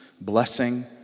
blessing